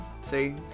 see